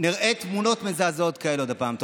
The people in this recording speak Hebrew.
נראה תמונות מזעזעות כאלה עוד פעם.